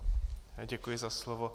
Děkuji za slovo.